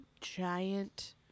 giant